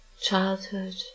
childhood